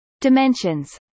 Dimensions